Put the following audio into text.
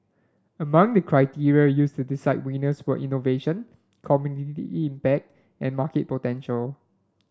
among the criteria used to decide winners were innovation community impact and market potential